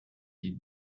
die